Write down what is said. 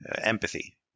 empathy